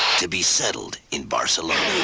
to be settled in barcelona